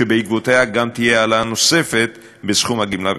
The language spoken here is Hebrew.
ובעקבותיה גם תהיה העלאה נוספת בסכום הגמלה בכסף.